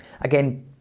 Again